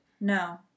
No